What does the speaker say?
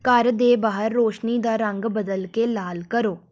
ਘਰ ਦੇ ਬਾਹਰ ਰੋਸ਼ਨੀ ਦਾ ਰੰਗ ਬਦਲ ਕੇ ਲਾਲ ਕਰੋ